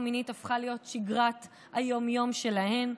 המינית הפכה להיות שגרת היום-יום שלהם.